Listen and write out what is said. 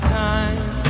time